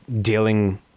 dealing